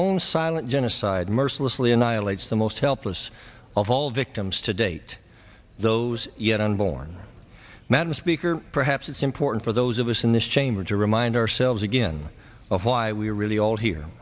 own silent genocide mercilessly annihilates the most helpless of all victims to date those yet unborn madam speaker perhaps it's important for those of us in this chamber to remind ourselves again of why we're really all here